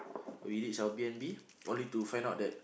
we reach our B_N_B only to find out that